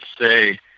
say